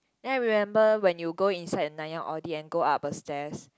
then I remember when you go inside Nanyang-Audi and go up stairs